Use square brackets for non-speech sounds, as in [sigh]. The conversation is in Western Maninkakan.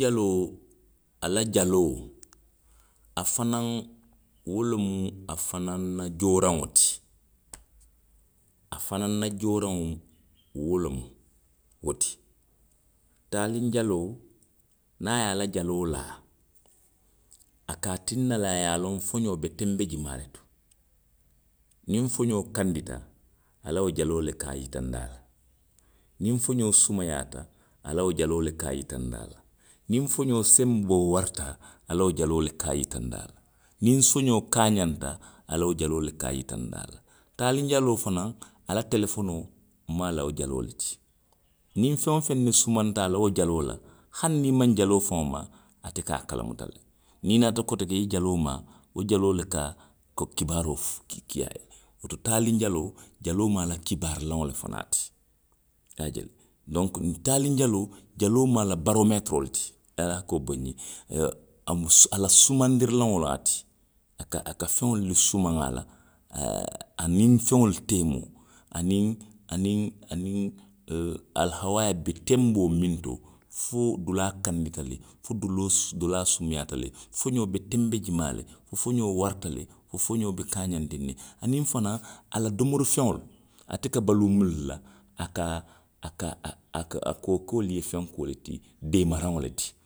Jaloo, a la jaloo. a fanaŋ, wo lemu afanaŋ na jooraŋo ti. A fanaŋ na jooraŋo, wo lemu wo ti. Taaliŋ jaloo. niŋ a ye a la jaloo laa. a ka a tinna le a ye a loŋ foxoo be tenbe jimaa le to. Niŋ foxoo kandita. a la wo jaloo le ka a yitandi a la. Niŋ foňoo sumayaata, a la wo jaloo le ka a yitandi a la. Niŋ foňoo senboo warata. a la wo jaloo le ka a yitandi a la. Niŋ foňoo kaaxanta, a la wo jaloo le a yitandi a la. taaliŋ jaloo fanaŋ, a la telefonoo mu a la wo jaloo le ti. Niŋ feŋ woo feŋ ne sumanta a la wo jaloo la. hani niŋ i maŋ jaloo faŋo maa. niŋ i naata kotenke i ye jaloo maa, wo jaloo le ka kibaaroo fu, kii a ye. Woto taaliŋ jaloo. jaloo mu a la kibaarilaŋo le fanaŋ ti i ye a je le. Donku. taaliŋ jaloo, jaloo mu a la baroometiroo le ti ali ye ali hakkoo boyindi nňe, oo, a mu su, a la sumandirilaŋo loŋ a ti. A ka, a ka feŋolu le sumaŋ a la. A a a, aniŋ feŋolu teemoo, aniŋ, aniŋ, aniŋ ooo [hesitation] alihawaa be tenboo miŋ to, fo dulaa kandita le, fo doloo, fo dulaa sumuyaata le. foňoo be tenbe jimaa le, fo foxoo warata le, fo foxoo be kaaňanndiŋ ne, aniŋ fanaŋ a la domorifeŋolu, ate ka baluu munnu la, a ka, a ka, a ko ko wolu ye fenkoo le ti, deemaraŋo le ti.